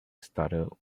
startled